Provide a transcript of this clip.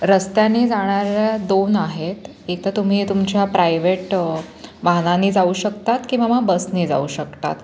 रस्त्याने जाणाऱ्या दोन आहेत एकतर तुम्ही तुमच्या प्रायव्हेट वाहनाने जाऊ शकतात किंवा मग बसने जाऊ शकतात